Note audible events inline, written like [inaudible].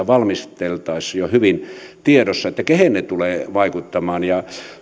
[unintelligible] valmisteltaessa jo hyvin tiedossa eli kehen ne tulevat vaikuttamaan